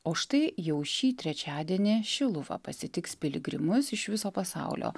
o štai jau šį trečiadienį šiluva pasitiks piligrimus iš viso pasaulio